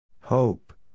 Hope